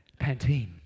Pantene